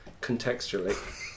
contextually